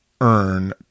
earn